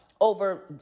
over